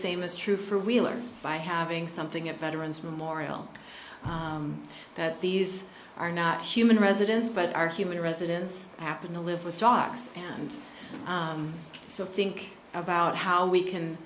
same is true for real or by having something at veterans memorial that these are not human residents but are human residents happen to live with dogs and so think about how we can